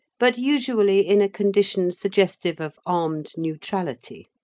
but usually in a condition suggestive of armed neutrality.